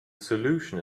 solution